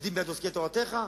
זדים ביד עוסקי תורתך".